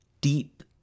deep